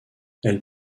elle